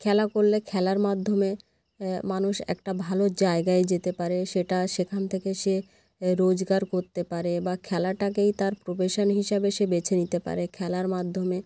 খেলা করলে খেলার মাধ্যমে মানুষ একটা ভালো জায়গায় যেতে পারে সেটা সেখান থেকে সে এ রোজগার করতে পারে বা খেলাটাকেই তার প্রফেশান হিসাবে সে বেছে নিতে পারে খেলার মাধ্যমে